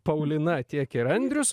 paulina tiek ir andrius